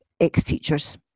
ex-teachers